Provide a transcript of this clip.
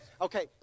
okay